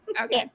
Okay